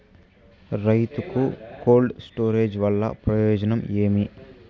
రైతుకు cold storage వల్ల ప్రయోజనం ఏమి?